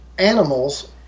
animals